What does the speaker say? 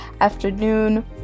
afternoon